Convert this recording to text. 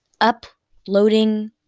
uploading